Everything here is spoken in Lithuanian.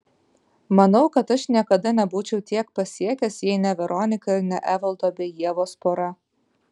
manau kad aš niekada nebūčiau tiek pasiekęs jei ne veronika ir ne evaldo bei ievos pora